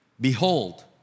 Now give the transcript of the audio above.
Behold